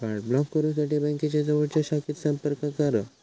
card block करुसाठी बँकेच्या जवळच्या शाखेत संपर्क करा